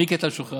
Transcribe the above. מיקי, אתה משוחרר.